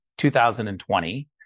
2020